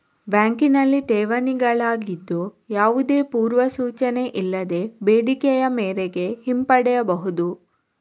ಬ್ಯಾಂಕಿನಲ್ಲಿ ಠೇವಣಿಗಳಾಗಿದ್ದು, ಯಾವುದೇ ಪೂರ್ವ ಸೂಚನೆ ಇಲ್ಲದೆ ಬೇಡಿಕೆಯ ಮೇರೆಗೆ ಹಿಂಪಡೆಯಬಹುದು